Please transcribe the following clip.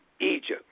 Egypt